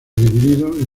divididos